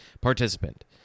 participant